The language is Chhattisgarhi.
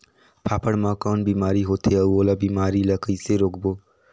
फाफण मा कौन बीमारी होथे अउ ओला बीमारी ला कइसे रोकबो?